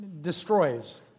destroys